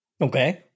Okay